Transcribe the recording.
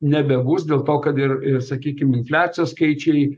nebebus dėl to kad ir ir sakykim infliacijos skaičiai